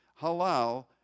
Halal